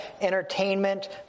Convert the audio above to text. entertainment